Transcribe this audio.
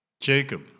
Jacob